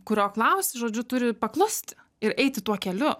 kurio klausi žodžiu turi paklust ir eiti tuo keliu